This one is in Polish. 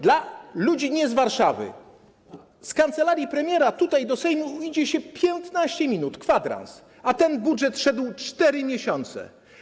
Dla ludzi nie z Warszawy: z kancelarii premiera do Sejmu idzie się 15 minut, kwadrans, a ten budżet szedł 4 miesiące.